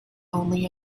only